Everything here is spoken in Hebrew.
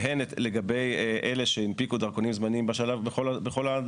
בגלל העולים החדשים הם קורסים ולא מסוגלים לעבוד,